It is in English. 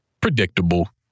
predictable